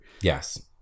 Yes